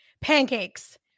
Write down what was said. pancakes